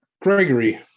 Gregory